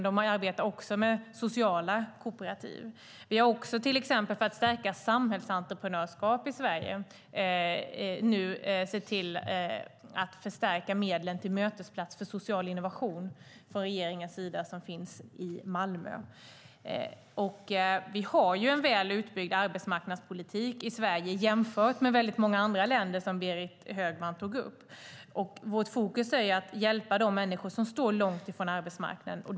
De arbetar också med sociala kooperativ. Vi har också för att stärka samhällsentreprenörskap i Sverige nu sett till att förstärka medlen från regeringen till Mötesplats Social Innovation, som finns i Malmö. Vi har en väl utbyggd arbetsmarknadspolitik i Sverige jämfört med många andra länder, vilket Berit Högman tog upp. Vårt fokus är ju att hjälpa dem som står långt från arbetsmarknaden.